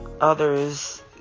others